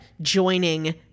joining